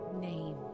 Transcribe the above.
name